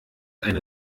eine